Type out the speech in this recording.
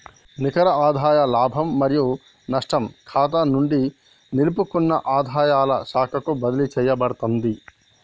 నికర ఆదాయ లాభం మరియు నష్టం ఖాతా నుండి నిలుపుకున్న ఆదాయాల ఖాతాకు బదిలీ చేయబడతాంది